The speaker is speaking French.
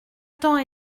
temps